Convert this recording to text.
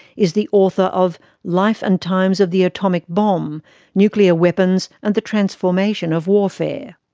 is the author of life and times of the atomic bomb nuclear weapons and the transformation of warfare.